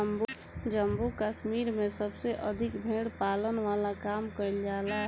जम्मू कश्मीर में सबसे अधिका भेड़ पालन वाला काम कईल जाला